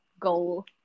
goal